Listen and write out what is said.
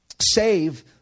save